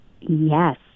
Yes